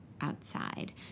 outside